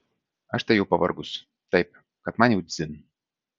aš tai jau pavargus taip kad man jau dzin